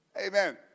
amen